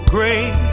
Great